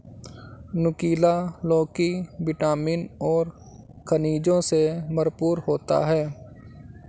नुकीला लौकी विटामिन और खनिजों से भरपूर होती है